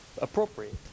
appropriate